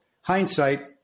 Hindsight